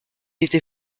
était